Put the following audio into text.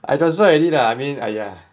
I transfer already lah I mean !aiya!